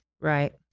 Right